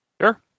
Sure